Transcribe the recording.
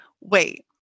wait